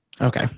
okay